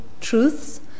truths